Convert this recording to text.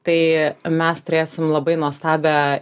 tai mes turėsim labai nuostabią